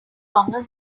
longer